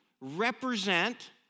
represent